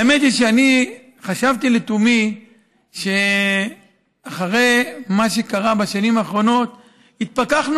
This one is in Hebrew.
האמת היא שאני חשבתי לתומי שאחרי מה שקרה בשנים האחרונות התפכחנו